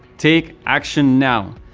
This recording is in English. take action now!